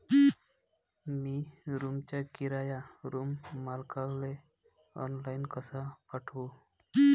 मी रूमचा किराया रूम मालकाले ऑनलाईन कसा पाठवू?